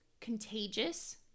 contagious